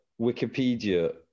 wikipedia